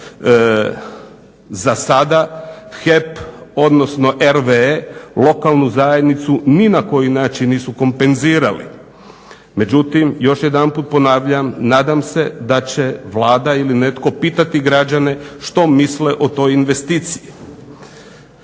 Za sada HEP, odnosno RVE lokalnu zajednicu ni na koji način nisu kompenzirali, međutim još jedanput ponavljam nadam se da će Vlada ili netko pitati građane što misle o toj investiciji.